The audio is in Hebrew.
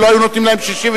שלא היו נותנים להם 67,